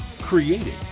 created